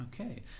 Okay